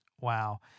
Wow